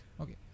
Okay